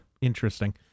Interesting